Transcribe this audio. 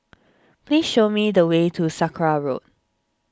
please show me the way to Sakra Road